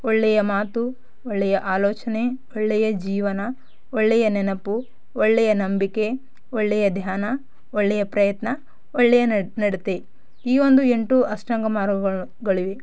ಒಳ್ಳೆಯ ಮಾತು ಒಳ್ಳೆಯ ಆಲೋಚನೆ ಒಳ್ಳೆಯ ಜೀವನ ಒಳ್ಳೆಯ ನೆನಪು ಒಳ್ಳೆಯ ನಂಬಿಕೆ ಒಳ್ಳೆಯ ಧ್ಯಾನ ಒಳ್ಳೆಯ ಪ್ರಯತ್ನ ಒಳ್ಳೆಯ ನಡೆ ನಡತೆ ಈ ಒಂದು ಎಂಟು ಅಷ್ಟಾಂಗ ಮಾರ್ಗಗಳು ಗಳಿವೆ